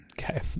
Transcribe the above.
Okay